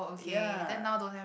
ya